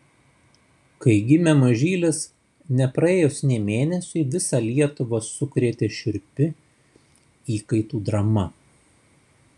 kai gimė mažylis nepraėjus nė mėnesiui visą lietuvą sukrėtė šiurpi įkaitų drama